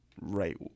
right